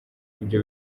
ibyo